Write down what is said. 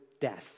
death